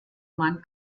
mann